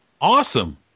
Awesome